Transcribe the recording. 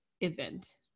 event